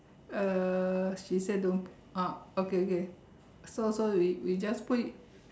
uh she say don't put oh okay okay so so we we just put it